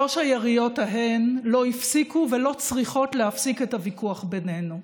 שלוש היריות ההן לא הפסיקו ולא צריכות להפסיק את הוויכוח בינינו.